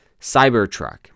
Cybertruck